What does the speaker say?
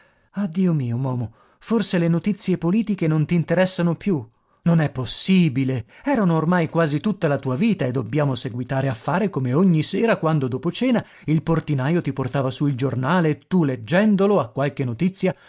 ah dio mio momo forse le notizie politiche non t'interessano più non è possibile erano ormai quasi tutta la tua vita e dobbiamo seguitare a fare come ogni sera quando dopo cena il portinajo ti portava su il giornale e tu leggendolo a qualche notizia